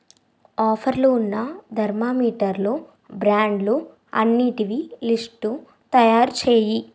ఆఫర్లు ఉన్న ధర్మామీటర్లు బ్రాండ్లు అన్నింటివి లిస్టు తయారు చేయి